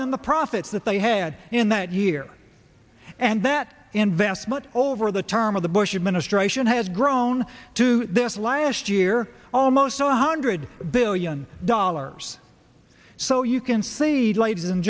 than the profits that they had in that year and that investment over the term of the bush administration has grown to this last year almost two hundred billion dollars so you can see ladies and